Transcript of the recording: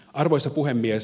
arvoisa puhemies